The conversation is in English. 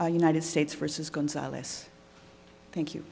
united states versus gonzales thank you